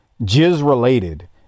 jizz-related